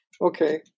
okay